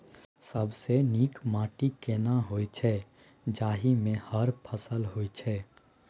सबसे नीक माटी केना होय छै, जाहि मे हर फसल होय छै?